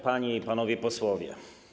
Panie i Panowie Posłowie!